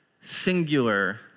singular